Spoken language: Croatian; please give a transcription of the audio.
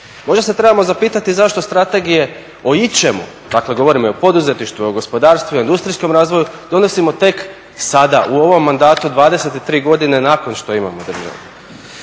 Možda se trebamo zapitati zašto strategije o ičemu, dakle govorimo i o poduzetništvu, i o gospodarstvu, i o industrijskom razvoju, donosimo tek sada, u ovom mandatu, 23 godine nakon što imamo državu.